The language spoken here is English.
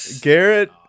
Garrett